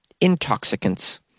Intoxicants